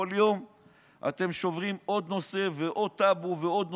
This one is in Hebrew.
כל יום אתם שוברים עוד נושא ועוד טאבו ועוד נושא.